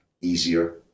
easier